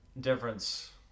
difference